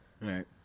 Right